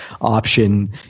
option